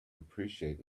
appreciate